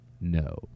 No